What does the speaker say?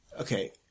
Okay